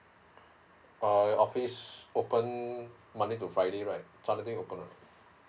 oh office open monday to friday right saturday open or not